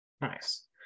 Nice